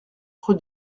rue